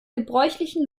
gebräuchlichen